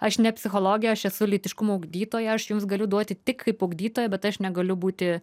aš ne psichologė aš esu lytiškumo ugdytoja aš jums galiu duoti tik kaip ugdytoja bet aš negaliu būti